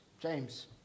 James